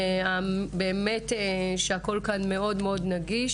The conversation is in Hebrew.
הכול כאן נגיש מאוד,